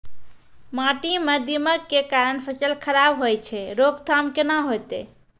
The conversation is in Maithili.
माटी म दीमक के कारण फसल खराब होय छै, रोकथाम केना होतै?